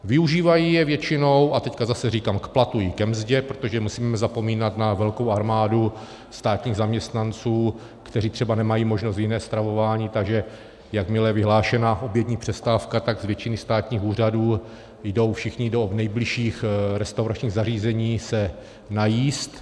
Využívají je většinou, a teď zase říkám, k platu i ke mzdě, protože nesmíme zapomínat na velkou armádu státních zaměstnanců, kteří třeba nemají možnost jiné stravování, takže jakmile je vyhlášena obědová přestávka, tak z většiny státních úřadů jdou všichni do| nejbližších restauračních zařízení se najíst.